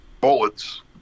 bullets